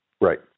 Right